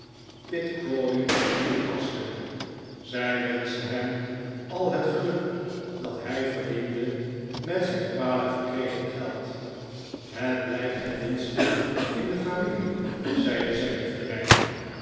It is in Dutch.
crawley toepaste zij wenschte hem al het geluk dat hij verdiende met zijn kwalijk verkregen geld het blijft ten minste in de familie zeide zij liefderijk